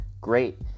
great